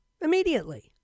immediately